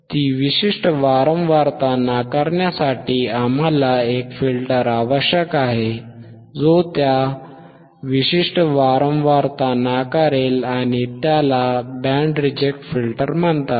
ती विशिष्ट वारंवारता नाकारण्यासाठी आम्हाला एक फिल्टर आवश्यक आहे जो त्या विशिष्ट वारंवारता नाकारेल आणि त्याला बँड रिजेक्ट फिल्टर म्हणतात